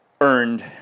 Earned